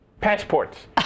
passports